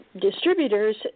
Distributors